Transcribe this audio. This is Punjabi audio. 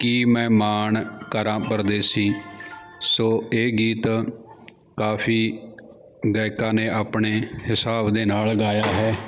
ਕੀ ਮੈਂ ਮਾਣ ਕਰਾਂ ਪਰਦੇਸੀ ਸੋ ਇਹ ਗੀਤ ਕਾਫੀ ਗਾਇਕਾਂ ਨੇ ਆਪਣੇ ਹਿਸਾਬ ਦੇ ਨਾਲ ਗਾਇਆ ਹੈ